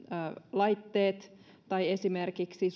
laitteita tai esimerkiksi